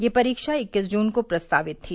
यह परीक्षा इक्कीस जून को प्रस्तावित थी